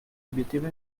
obiettivo